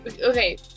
okay